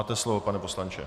Máte slovo, pane poslanče.